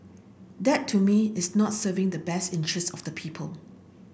that to me is not serving the best interests of the people